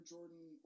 Jordan